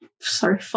sorry